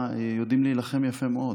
על הקרקע יודעים להילחם יפה מאוד,